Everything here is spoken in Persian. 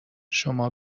شما